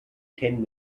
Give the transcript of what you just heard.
ten